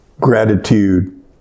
Gratitude